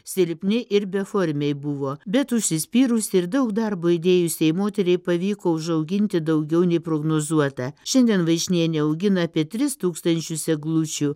silpni ir beformiai buvo bet užsispyrusi ir daug darbo įdėjusiai moteriai pavyko užauginti daugiau nei prognozuota šiandien vaišnienė augina apie tris tūkstančius eglučių